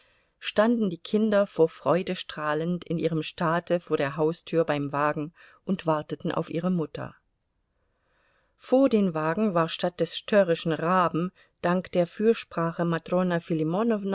standen die kinder vor freude strahlend in ihrem staate vor der haustür beim wagen und warteten auf ihre mutter vor den wagen war statt des störrischen raben dank der fürsprache matrona